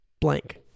blank